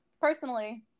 personally